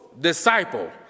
disciple